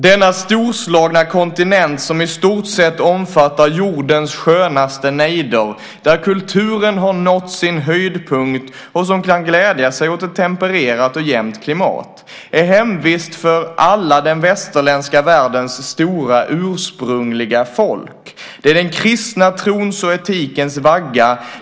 "Denna storslagna kontinent, som i stort sett omfattar jordens skönaste nejder, där kulturen nått sin höjdpunkt, och som kan glädja sig åt ett tempererat och jämnt klimat, är hemvist för alla den västerländska världens stora ursprungliga folk. Det är den kristna trons och etikens vagga.